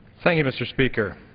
thank you, mr. speaker.